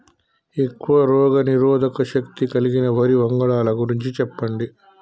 ఎక్కువ రోగనిరోధక శక్తి కలిగిన వరి వంగడాల గురించి చెప్పండి?